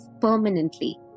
permanently